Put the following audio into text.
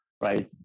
right